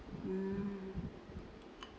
mm